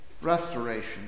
restoration